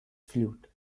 flute